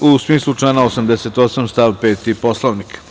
u smislu člana 88. stav 5. Poslovnika.